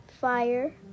fire